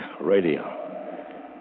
Radio